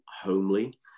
homely